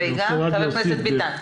ח"כ ביטן.